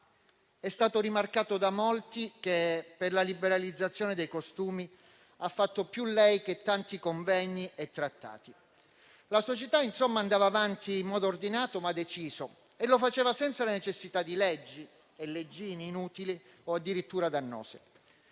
È stato rimarcato da molti che per la liberalizzazione dei costumi ha fatto più lei che tanti convegni e trattati. La società, insomma, andava avanti in modo ordinato, ma deciso e lo faceva senza la necessità di leggi e leggine inutili o addirittura dannose.